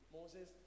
Moses